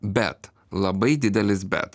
bet labai didelis bet